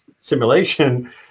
simulation